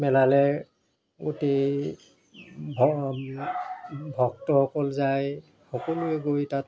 মেলালৈ গোটেই ভক্তসকল যায় সকলোৱে গৈ তাত